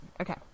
Okay